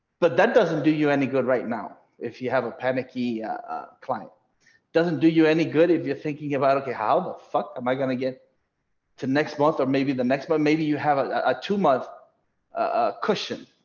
but that doesn't do you any good right now, if you have a panicky client doesn't do you any good. if you're thinking about, okay, how the fuck am i going to get to next month or maybe the next month? maybe you have a a two month ah cushion?